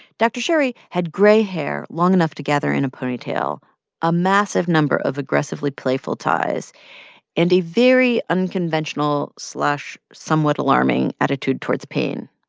dr. sherry had gray hair long enough to gather in a ponytail a massive number of aggressively playful ties and a very unconventional somewhat alarming attitude towards pain.